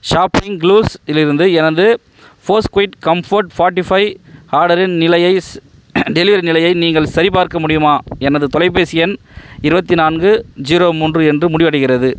shopping clues இலிருந்து எனது Bose QuietComfort forty five ஆர்டரின் நிலையை செ டெலிவரி நிலையை நீங்கள் சரிபார்க்க முடியுமா எனது தொலைபேசி எண் இருபத்தி நான்கு ஜீரோ மூன்று என்று முடிவடைகிறது